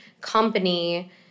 company